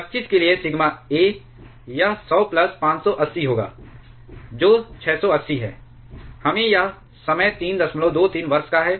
25 के लिए sigma a यह 100 प्लस 580 होगा जो 680 है हमें यह समय 323 वर्ष का है